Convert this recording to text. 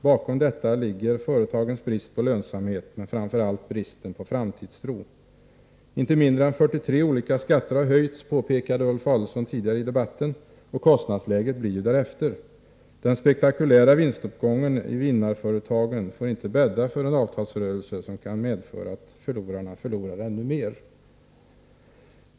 Bakom detta ligger företagens brist på lönsamhet men framför allt bristen på framtidstro. Inte mindre än 43 olika skatter har höjts, påpekade Ulf Adelsohn tidigare i debatten, och kostnadsläget blir därefter. Den spektakulära vinstuppgången i vinnarföretagen får inte bädda för en avtalsrörelse som kan medföra att förlorarna förlorar ännu mer.